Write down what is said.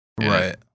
right